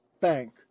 bank